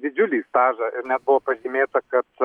didžiulį stažą na buvo pažymėta kad